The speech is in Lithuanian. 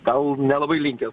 tau nelabai linkęs